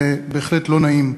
זה בהחלט לא נעים.